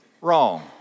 wrong